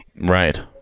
Right